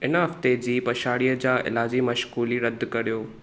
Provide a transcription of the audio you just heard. हिन हफ़्ते जी पछाड़ीअ जा इलाजी मशग़ूली रदि करियो